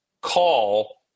call